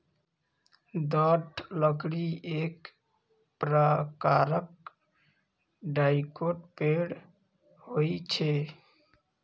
दृढ़ लकड़ी एक प्रकारक डाइकोट पेड़ होइ छै